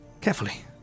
carefully